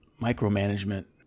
micromanagement